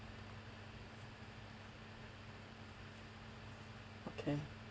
okay